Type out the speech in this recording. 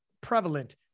prevalent